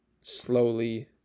slowly